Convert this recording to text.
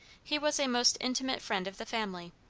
he was a most intimate friend of the family,